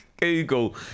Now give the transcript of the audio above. Google